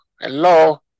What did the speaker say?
Hello